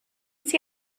sie